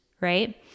right